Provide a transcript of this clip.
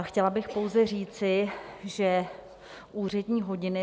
Chtěla bych pouze říci, že úřední hodiny...